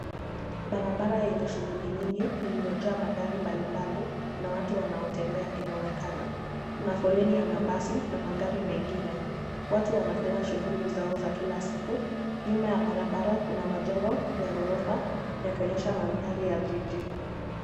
Barabara yenye shughuli nyingi iliyojaa magari mbalimbali na watu wanaotembea inaonekana. kuna foleni ya mabasi na magari mengine. Watu wanafanya shughuli zao za kila siku. Nyuma ya barabara kuna majengo ya ghorofa yakionyesha mandhari ya jiji.